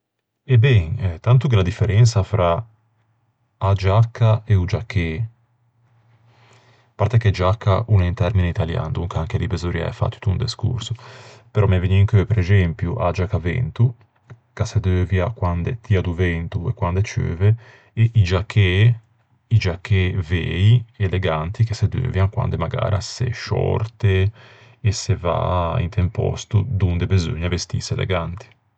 E ben, tanto gh'é unna differensa fra a giacca e o giachê. À parte che giacca o l'é un termine italian, donca anche lì besorriæ fâ tutto un descorso. Però me vëgne in cheu prexempio a giacca à vento, ch'a se deuvia quande tia do vento e quande ceuve, e i giachê, i giachê vëi, eleganti, che se deuvian quande magara se sciòrte e se va inte un pòsto donde beseugna vestîse eleganti.